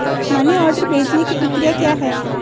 Money order भेजने की प्रक्रिया क्या है?